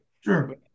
Sure